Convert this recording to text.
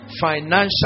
Financial